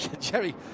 Jerry